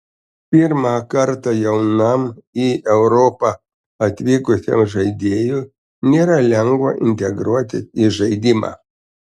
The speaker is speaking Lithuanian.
pirmą kartą jaunam į europą atvykusiam žaidėjui nėra lengva integruotis į žaidimą